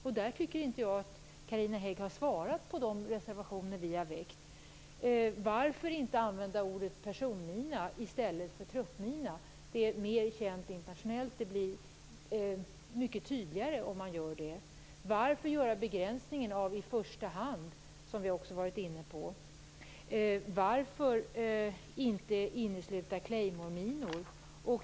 Jag tycker inte att Carina Hägg har svarat på de reservationer som vi har avgett. Varför inte använda ordet personmina i stället för truppmina? Det är mer känt internationellt. Det blir mycket tydligare om man gör det. Varför göra begränsningen med "i första hand", som vi också har varit inne på? Varför inte inkludera Claymoreminor?